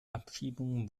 abschiebung